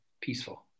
peaceful